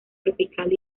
tropical